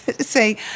say